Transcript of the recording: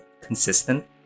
consistent